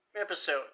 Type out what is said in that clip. episode